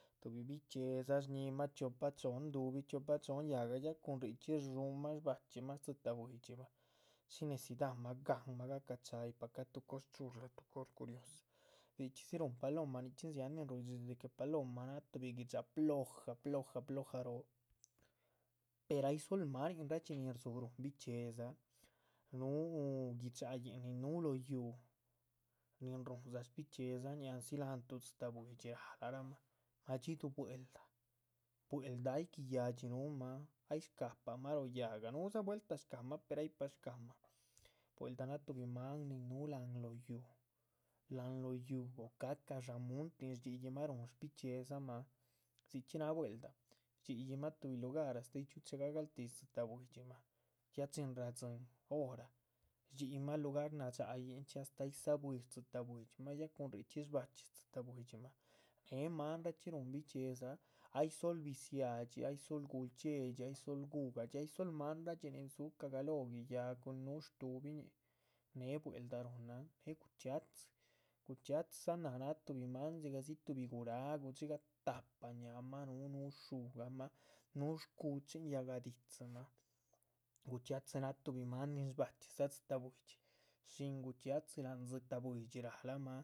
Tuhbi bichxíedza, shñihma chiopa chohon dúhubih, chiopa chohon yáhga ya cun nichxí rdshuhunmah shbachxíma dzitáh buidxi mah, shí necidamah, ganhmah. gacachayípacahma, cos chula tuh cos curiosa, nichxí dzi ruhun paloma, dzihan nin ruhudhxidxi de que paloma náh tuhbi gui´dxa plojah plojah plojahroo. pero ay dzól maninrahdxi nin rdzu´ ruhun bichxíedza núhu gui´dxayihn nin núhu loh yuuh nin ruhundza shbichxíedza ñih, andzi láhan tuh dzitáh buidxi. rahalarac mah, madxiduh bwel’da, bwel’da ay giya´dxi núhumah ay shcapamah lóh yáhga núhudza vueltah shca´mah per ay shcamah, bwel´da náha tuhbi maan nin. núhu láhan lóh yuuh, láhan lóh yuuh, ca´ca dsha´han muntin rdxiyihma ruhun shbichxíedzamah, dzichxí náha bwel´da, rdxiyihma tuhbi lugar astáh ay chxiúh. chega´galtih dzitáh buidximah, ya chin ra´dzin hora, rdxiyihmah lugar nadxayihn astáh ay dza´bwii dzitáh buidximah ya cun richxí shbachxí dzitáh buidximah. néh manrachxí ruhun bichxíedza ay sol bbiziáha, ay sol gulchxíedxi, ay sol guhugadxí ay sol maanradxi nin dzú cagalóh giyáhc cun nuhu shdúhubihñi, néh bwel´da. ruhunan née guchxia´dzi, guchxia´dzi náh náh tuhbi maan dzigahdzi tuhbi guráhgu dxigah tahpa ñáhma núhu, núhu shu´gahma, núhu shcuchxi yáhga di´dzimah,. guchxia´dzi náh tuhbi maan nin shbachxídza dzitáh buidxi shíhin guchxia´dzi láhan dzitáh buidxi ´ralac mah.